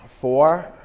Four